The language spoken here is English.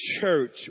church